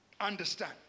Understand